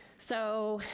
so,